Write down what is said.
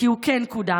כי הוא כן קודם.